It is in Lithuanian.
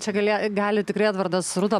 čia galė gali tikrai edvardas au rūta